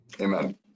Amen